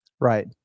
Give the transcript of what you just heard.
Right